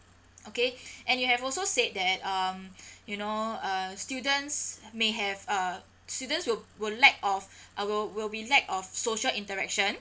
okay and you have also said that um you know uh students may have uh students will will lack uh will will be lack of social interaction